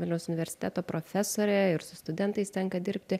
vilniaus universiteto profesorė ir su studentais tenka dirbti